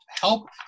help